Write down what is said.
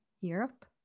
Europe